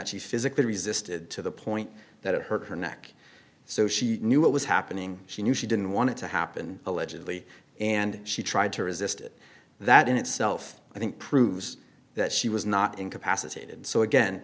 she physically resisted to the point that it hurt her neck so she knew what was happening she knew she didn't want it to happen allegedly and she tried to resist it that in itself i think proves that she was not incapacitated so again